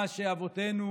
מה שאבותינו